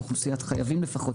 מאוכלוסיית החייבים לפחות,